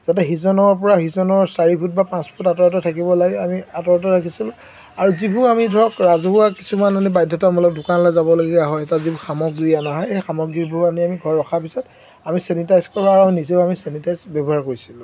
যাতে সিজনৰপৰা সিজনৰ চাৰি ফুট বা পাঁচ ফুট আঁতৰে আঁতৰে থাকিব লাগে আমি আঁতৰে আঁতৰে ৰাখিছিলোঁ আৰু যিবোৰ আমি ধৰক ৰাজহুৱা কিছুমান আমি বাধ্যতামূলকল দোকানলৈ যাবলগীয়া হয় তাত যিবোৰ সামগ্ৰী আনা হয় এই সামগ্ৰীবোৰ আনি আমি ঘৰত ৰখাৰ পিছত আমি চেনিটাইজ কৰাওঁ আৰু আমি নিজেও আমি চেনিটাইজ ব্যৱহাৰ কৰিছিলোঁ